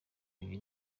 ibi